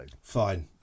Fine